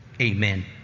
Amen